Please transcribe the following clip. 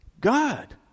God